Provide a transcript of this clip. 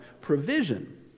provision